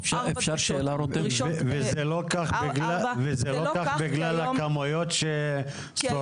וזה לא כך בגלל הכמויות ששורפים?